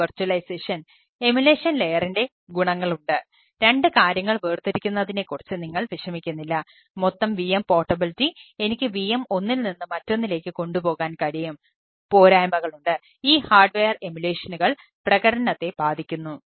പൂർണ്ണ വിർച്വലൈസേഷൻ പ്രകടനത്തെ ബാധിക്കുന്നു